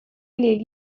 les